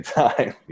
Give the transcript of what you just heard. time